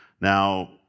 Now